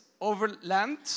overland